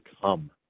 come